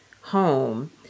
home